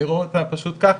ואני רואה אותה פשוטה כמשמעה,